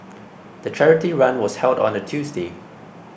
the charity run was held on a Tuesday